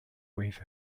with